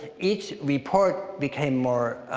each report became more